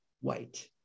white